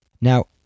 Now